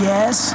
Yes